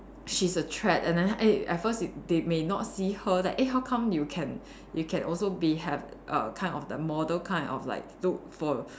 she's a threat and then eh at first they may not see her like eh how come you can you can also be have err kind of the model kind of like look for